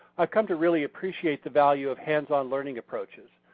i've come to really appreciate the value of hands-on learning approaches.